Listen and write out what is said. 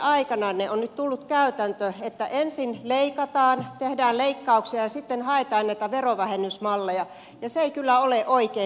teidän aikananne on nyt tullut käytäntö että ensin leikataan tehdään leikkauksia ja sitten haetaan näitä verovähennysmalleja ja se ei kyllä ole oikein